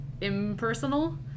impersonal